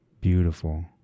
Beautiful